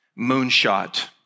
Moonshot